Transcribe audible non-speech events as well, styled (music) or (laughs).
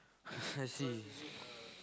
(laughs) I see (breath)